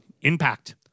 impact